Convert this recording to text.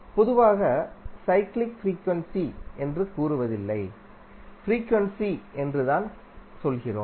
பொதுவாக cyclic frequency என்று கூறுவதில்லை ஃப்ரீக்யுண்சி என்று தான் சொல்கிறோம்